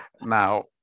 Now